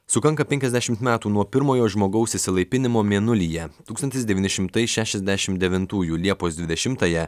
sukanka penkiasdešimt metų nuo pirmojo žmogaus išsilaipinimo mėnulyje tūkstantis devyni šimtai šešiasdešim devintųjų liepos dvidešimtąją